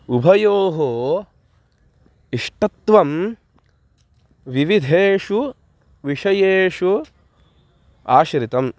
उभयोः इष्टत्वं विविधेषु विषयेषु आश्रितम्